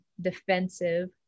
defensive